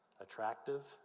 attractive